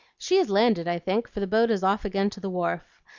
she has landed, i think, for the boat is off again to the wharf.